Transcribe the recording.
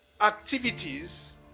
activities